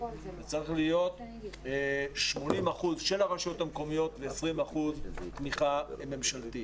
זה צריך להיות 80% של הרשויות המקומיות ו-20% תמיכה ממשלתית.